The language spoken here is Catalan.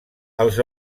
els